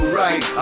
right